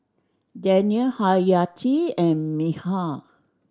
Daniel Haryati and Mikhail